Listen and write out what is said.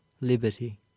liberty